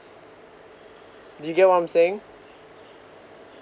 do you get what I'm saying